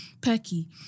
perky